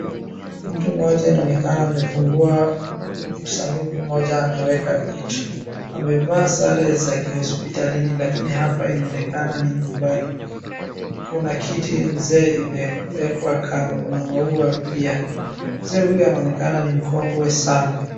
Mtu mmoja inaonekana amefungua sanduku moja anaweka vitu. Amevaa sare za kihospitalini lakini hapa inaonekana ni nyumbani. Kuna kiti mzee imeekwa kando. Kuna maua pia. Mzee huyu anaonekana ni mkongwe sana.